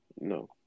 No